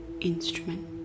instrument